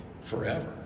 forever